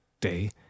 Day